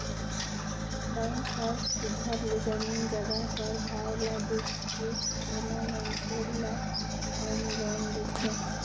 bank हर सुग्घर ले जमीन जगहा कर भाव ल देख के कोनो मइनसे ल होम लोन देथे